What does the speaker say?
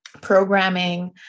programming